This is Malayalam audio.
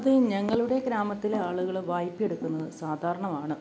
അത് ഞങ്ങളുടെ ഗ്രാമത്തിലെ ആളുകൾ വായ്പ എടുക്കുന്നത് സാധാരണമാണ്